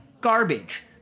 garbage